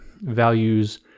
values